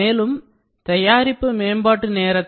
மேலும் செயல்பாட்டு தயாரிப்பு மேம்பாட்டு நேரத்தை